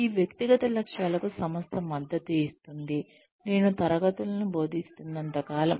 ఈ వ్యక్తిగత లక్ష్యాలకు సంస్థ మద్దతు ఇస్తుంది నేను తరగతులను బోధిస్తున్నంత కాలం